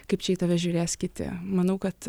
kaip čia į tave žiūrės kiti manau kad